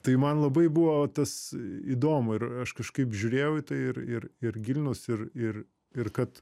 tai man labai buvo tas įdomu ir aš kažkaip žiūrėjau į tai ir ir ir gilinaus ir ir ir kad